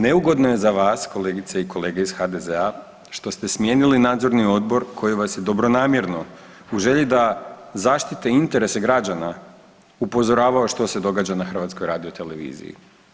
Neugodno je za vas kolegice i kolege iz HDZ-a što ste smijenili nadzorni odbor koji vas je dobronamjerno u želi da zaštite interese građana upozoravao što se događa na HRT-u.